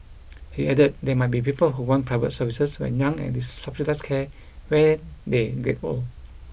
he added there might be people who want private services when young and subsidised care when they get old